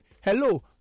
hello